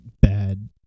bad